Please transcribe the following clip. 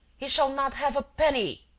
he shall not have a penny!